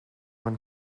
when